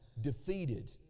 defeated